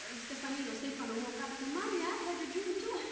ah stephan you know stephan woke up he said, mommy, i had a dream, too!